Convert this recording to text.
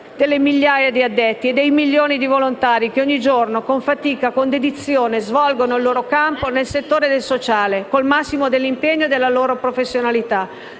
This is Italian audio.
delle migliaia di addetti e dei milioni di volontari che ogni giorno, con fatica e dedizione, svolgono il loro lavoro nel settore del sociale, con il massimo dell'impegno e della loro professionalità.